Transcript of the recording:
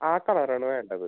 ആ കളറാണ് വേണ്ടത്